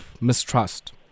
mistrust